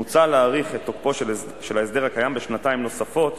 מוצע להאריך את תוקפו של ההסדר הקיים בשנתיים נוספות,